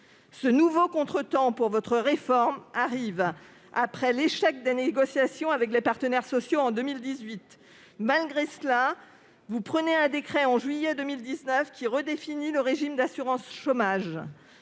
Ce nouveau contretemps pour votre réforme arrive après l'échec des négociations avec les partenaires sociaux en 2018. Malgré cet échec, vous aviez pris un décret, en juillet 2019, qui redéfinissait le régime d'assurance chômage.